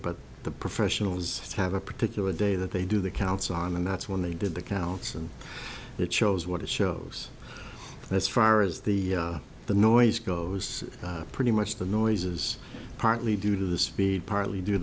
but the professionals have a particular day that they do the counts on and that's when they did the counts and that shows what it shows as far as the the noise goes pretty much the noise is partly due to the speed partly due